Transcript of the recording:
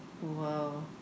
Whoa